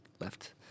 left